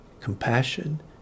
compassion